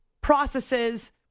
processes